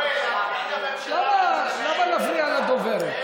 למה להפריע לדוברת?